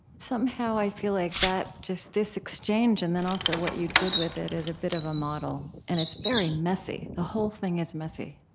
somehow i feel like that just this exchange and then also what you did with it is a bit of ah model. and it's very messy. the whole thing is messy